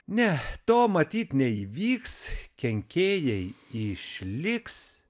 ne to matyt neįvyks kenkėjai išliks